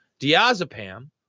Diazepam